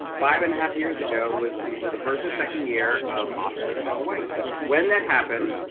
five and a half years ago was either the first or second year of oscarssowhite. when that happened,